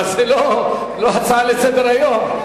אבל זו לא הצעה לסדר-היום.